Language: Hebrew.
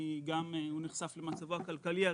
הוא נחשף במצבו הכלכלי,